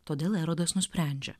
todėl erodas nusprendžia